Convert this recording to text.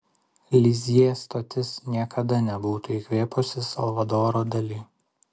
lizjė stotis niekada nebūtų įkvėpusi salvadoro dali